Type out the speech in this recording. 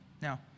Now